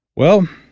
well,